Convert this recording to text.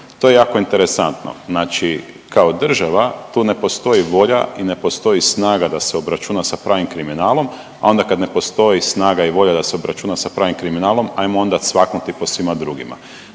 To je jako interesantno. Znači, kao država tu ne postoji volja i ne postoji snaga da se obračuna sa pravim kriminalom, a onda kad ne postoji snaga i volja da se obračuna sa pravim kriminalom, hajmo onda cvaknuti po svima drugima.